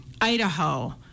Idaho